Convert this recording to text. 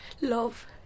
Love